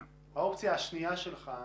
האופציה השנייה שלך,